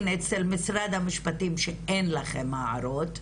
אצל משרד המשפטים שאין לכם הערות.